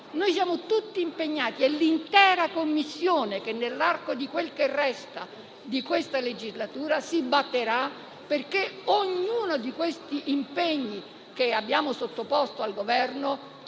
noi siamo tutti impegnati e l'intera Commissione, nell'arco di quel che resta di questa legislatura, si batterà perché ognuno di questi impegni che abbiamo sottoposto al Governo